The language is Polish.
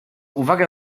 uwagę